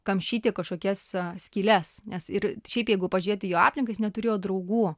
kamšyti kažkokias skyles nes ir šiaip jeigu pažiūrėt į jo aplinką jis neturėjo draugų